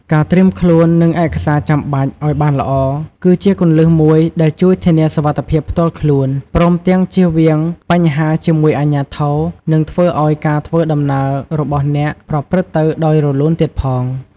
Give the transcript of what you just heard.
ការត្រៀមខ្លួន និងឯកសារចាំបាច់ឲ្យបានល្អ គឺជាគន្លឹះមួយដែលជួយធានាសុវត្ថិភាពផ្ទាល់ខ្លួន ព្រមទាំងជៀសវាងបញ្ហាជាមួយអាជ្ញាធរ និងធ្វើឲ្យការធ្វើដំណើររបស់អ្នកប្រព្រឹត្តទៅដោយរលូនទៀតផង។